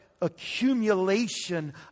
accumulation